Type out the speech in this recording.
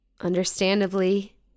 Understandably